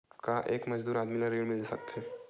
का एक मजदूर आदमी ल ऋण मिल सकथे?